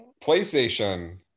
PlayStation